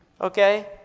okay